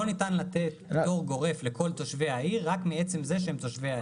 לא ניתן לתת פטור גורף לכל תושבי העיר רק מעצם זה שהם תושבי העיר.